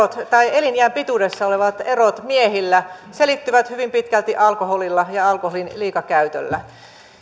eliniän pituudessa olevat erot miehillä selittyvät hyvin pitkälti alkoholilla ja alkoholin liikakäytöllä